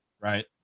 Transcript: right